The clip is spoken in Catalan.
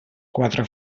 quatre